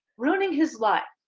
ruining his life?